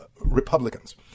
Republicans